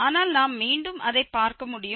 ஆனால் நாம் மீண்டும் அதை பார்க்க முடியும்